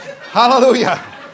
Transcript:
Hallelujah